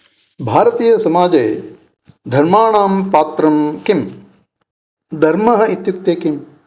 भारतीयसमाजे धर्माणां पात्रं किम् धर्मः इत्युक्ते किम्